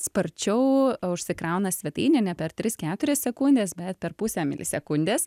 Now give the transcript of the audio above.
sparčiau užsikrauna svetainė ne per tris keturias sekundes bet per pusę milisekundes